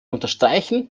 unterstreichen